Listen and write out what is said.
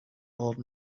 old